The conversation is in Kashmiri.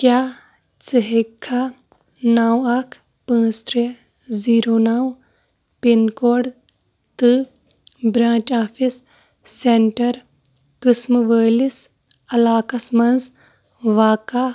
کیٛاہ ژٕ ہیٚکہِ کھا نو اَکھ پٲنٛژھ ترٛےٚ زیٖرو نو پِن کوڈ تہٕ برٛانچ آفِس سینٹر قٕسمہٕ وٲلِس علاقس منٛز واقع